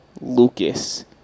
Lucas